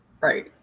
Right